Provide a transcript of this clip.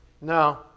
No